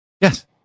Yes